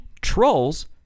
trolls